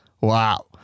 Wow